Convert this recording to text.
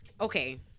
Okay